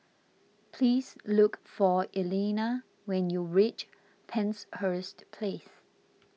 please look for Elena when you reach Penshurst Place